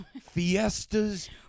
fiestas